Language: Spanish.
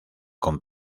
con